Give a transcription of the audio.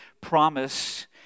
promise